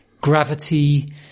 gravity